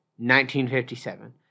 1957